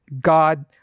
God